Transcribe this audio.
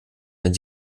wenn